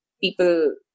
people